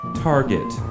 Target